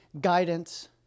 guidance